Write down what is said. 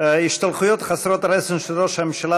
ההשתלחויות חסרות הרסן של ראש הממשלה